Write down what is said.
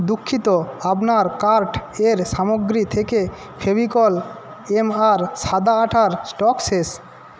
দুঃখিত আপনার কার্টের সামগ্রী থেকে ফেভিকল এম আর সাদা আঠার স্টক শেষ